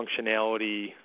functionality